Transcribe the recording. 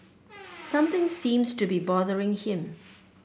something seems to be bothering him